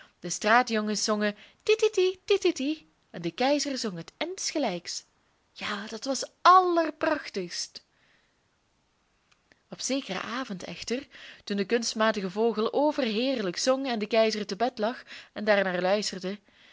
de straatjongens zongen tititi tititi en de keizer zong het insgelijks ja dat was allerprachtigst op zekeren avond echter toen de kunstmatige vogel overheerlijk zong en de keizer te bed lag en daarnaar luisterde